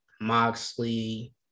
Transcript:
Moxley